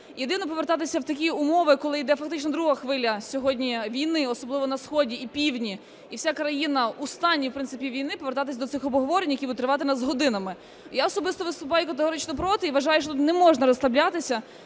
єдине, повертатися в такі умови, коли йде фактично друга хвиля сьогодні війни, особливо на сході і півдні, і вся країна у стані, в принципі, війни, повертатись до цих обговорень, які будуть тривати у нас годинами. Я особисто виступаю категорично проти. І вважаю, що тут не можна розслаблятися